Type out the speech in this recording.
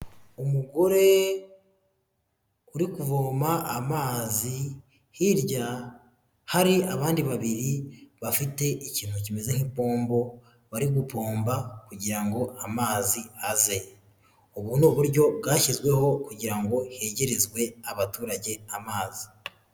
Umugore uri kuvoma amazi hirya hari abandi babiri bafite ikintu kimeze nk'ipombo bari gupomba kugira ngo amazi aze, ubu ni uburyo bwashyizweho kugira ngo hegerezwe abaturage amazi.